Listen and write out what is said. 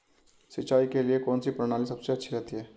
सिंचाई के लिए कौनसी प्रणाली सबसे अच्छी रहती है?